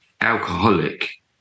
alcoholic